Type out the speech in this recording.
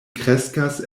kreskas